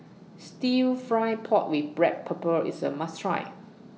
Stir Fried Pork with Black Pepper IS A must Try